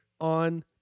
on